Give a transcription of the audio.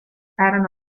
erano